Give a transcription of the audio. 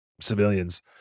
civilians